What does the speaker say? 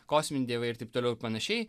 kosminiai dievai ir taip toliau ir panašiai